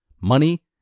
money